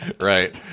Right